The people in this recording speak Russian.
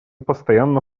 постоянно